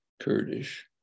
Kurdish